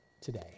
today